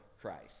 christ